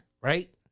right